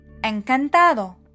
encantado